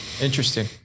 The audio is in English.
interesting